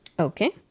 Okay